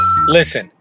Listen